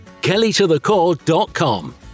kellytothecore.com